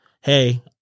hey